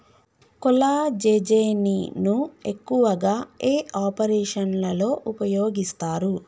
కొల్లాజెజేని ను ఎక్కువగా ఏ ఆపరేషన్లలో ఉపయోగిస్తారు?